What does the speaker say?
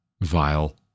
vile